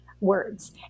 words